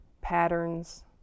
patterns